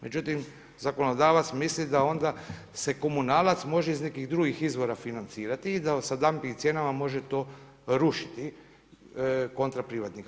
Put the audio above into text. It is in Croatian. Međutim, zakonodavac misli da onda se komunalac može iz nekih drugih izvora financirati i sa damping cijenama može to rušiti kontra privatnika.